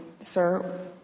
sir